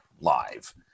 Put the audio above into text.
live